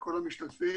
ולכל המשתתפים.